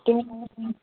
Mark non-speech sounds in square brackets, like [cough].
ਕਿਵੇਂ [unintelligible]